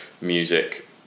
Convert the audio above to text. music